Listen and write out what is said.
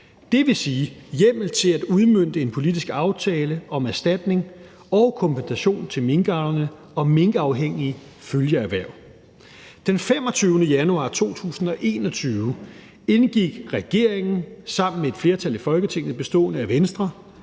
dvs. hjemmel til at udmønte en politisk aftale om erstatning og kompensation til minkavlerne og minkafhængige følgeerhverv. Den 25. januar 2021 indgik regeringen sammen med et flertal i Folketinget bestående af Venstre,